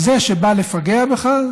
זה שבא לפגע בך,